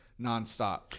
nonstop